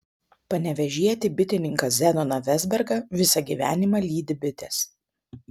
panevėžietį bitininką zenoną vezbergą visą gyvenimą lydi bitės